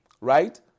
right